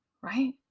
right